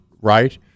Right